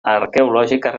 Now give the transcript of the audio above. arqueològiques